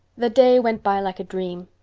the day went by like a dream.